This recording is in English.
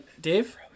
Dave